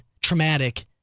traumatic